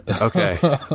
Okay